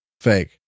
Fake